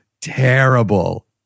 terrible